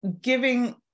giving